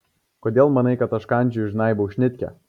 kodėl manai kad aš kandžioju žnaibau šnitkę